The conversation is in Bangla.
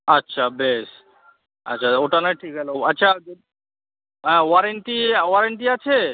আচ্ছা বেশ আচ্ছা ওটা না হয় ঠিক গেল আচ্ছা হ্যাঁ ওয়ারেন্টি ওয়ারেন্টি আছে